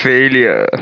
Failure